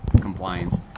compliance